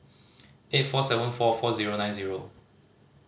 eight four seven four four zero nine zero